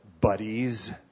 buddies